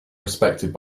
respected